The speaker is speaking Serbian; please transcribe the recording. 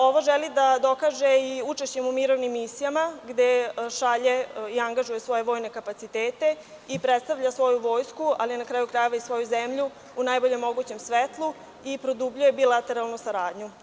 Ovo želi da dokaže i učešćem u mirovnim misijama, gde šalje i angažuje svoje vojne kapacitete i predstavlja svoju vojsku, ali na kraju krajeva i svoju zemlju, u najboljem mogućem svetlu i produbljuje bilateralnu saradnju.